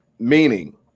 meaning